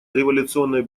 революционной